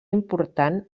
important